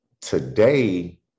Today